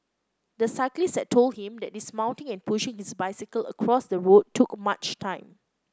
the cyclist had told him that dismounting and pushing his bicycle across the road took too much time